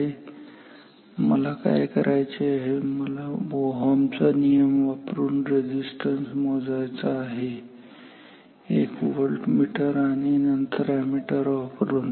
तर मला काय करायचे आहे मला ओहमचा नियम वापरून हा रेझिस्टन्स मोजायचा आहे एक व्होल्टमीटर आणि नंतर अॅमीटर वापरुन